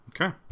Okay